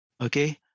Okay